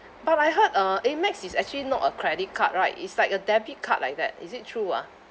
but I heard uh Amex is actually not a credit card right it's like a debit card like that is it true ah